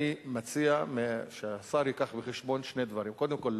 אני מציע שהשר ייקח בחשבון שני דברים: קודם כול,